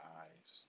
eyes